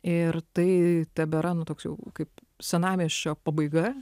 ir tai tebėra nu toks jau kaip senamiesčio pabaiga